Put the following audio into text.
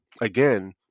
again